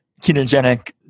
ketogenic